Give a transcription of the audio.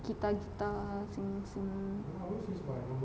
guitar guitar sing sing